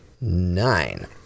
nine